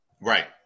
Right